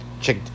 Check